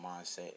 mindset